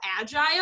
agile